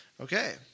Okay